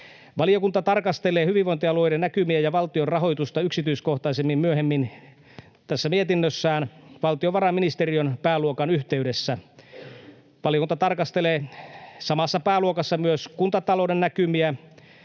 Valiokunta tarkastelee hyvinvointialueiden näkymiä ja valtion rahoitusta yksityiskohtaisemmin myöhemmin tässä mietinnössään valtiovarainministeriön pääluokan yhteydessä. Valiokunta tarkastelee samassa pääluokassa myös kuntatalouden näkymiä,